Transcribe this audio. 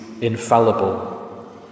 infallible